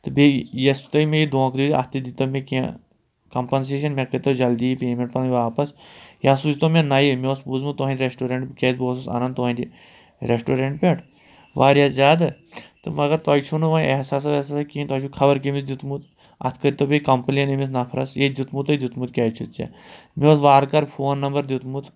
تہٕ بیٚیہِ یۄس تۄہہِ مےٚ یہِ دونٛکہٕ دیُتوٕ اَتھ تہِ دِیٖتو مےٚ کیٚنٛہہ کَمپَنسیشَن مےٚ کٔرۍتو جلدی یہِ پیمٮ۪نٛٹ پَنٕنۍ واپَس یا سوٗزتو مےٚ نَیے مےٚ اوس بوٗزمُت تُہٕنٛدِ ریٚسٹورنٛٹ کیٛازِ بہٕ اوسُس اَنَن تُہٕنٛدِ ریٚسٹورنٛٹ پٮ۪ٹھ واریاہ زیادٕ تہٕ مگر تۄہہِ چھُو نہٕ وۄنۍ احساسا وحساسا کیٚنٛہہ تۄہہِ چھُو خبر کیٚمِس دیُتمُت اَتھ کٔرۍتو بیٚیہِ کَمپٕلین أمِس نفرَس یے دیُتمُت تہٕ دیُتمُت کیٛاز چھُتھ ژےٚ مےٚ اوس وارٕ کار فون نمبر دیُتمُت